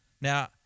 Now